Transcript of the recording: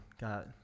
got